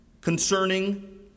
concerning